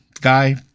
guy